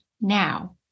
now